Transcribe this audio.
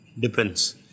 depends